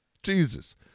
Jesus